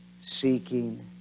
seeking